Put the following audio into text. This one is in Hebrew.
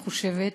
אני חושבת,